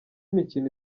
mikino